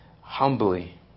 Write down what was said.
humbly